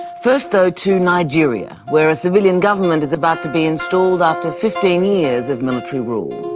first, though, to nigeria, where a civilian government is about to be installed after fifteen years of military rule.